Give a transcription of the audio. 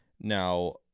Now